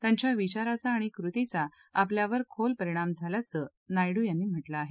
त्यांच्या विचाराचा आणि कृतीचा आपल्यावर खोल परिणाम झाल्या असल्याचं नायडू यांनी म्हटलं आहे